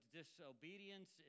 disobedience